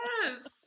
Yes